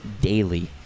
daily